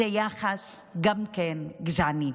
גם זה יחס גזעני.